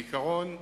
בעיקרון,